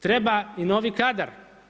Treba i novi kadar.